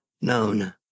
known